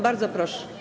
Bardzo proszę.